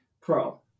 Pro